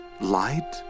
Light